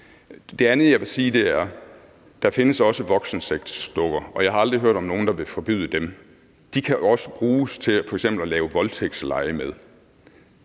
Det andet, jeg vil sige, er, at der også findes voksensexdukker, og jeg har aldrig hørt om nogen, der vil forbyde dem. Og de kan også bruges til f.eks. at lave voldtægtslege med.